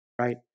right